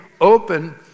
open